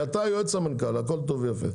אתה יועץ למנכ"ל הכל טוב ויפה,